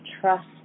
trust